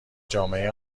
جامعه